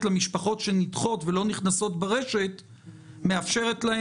למשפחות שנדחות ולא נכנסות ברשת להתארגן.